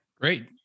great